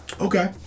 Okay